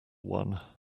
one